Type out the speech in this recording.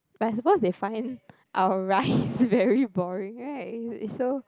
I suppose they find our rice very boring [right] it's so